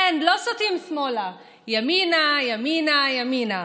אין, לא סוטים שמאלה, ימינה, ימינה, ימינה.